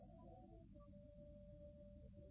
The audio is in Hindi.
इसलिए वे आई द्वारा ओ अनुपात को ट्रैक कर रहे हैं